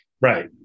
Right